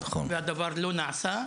והדבר לא נעשה.